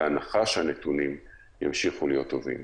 בהנחה שהנתונים ימשיכו להיות טובים.